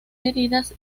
heridas